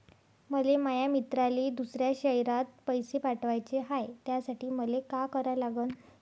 मले माया मित्राले दुसऱ्या शयरात पैसे पाठवाचे हाय, त्यासाठी मले का करा लागन?